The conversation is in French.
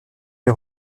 est